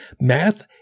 math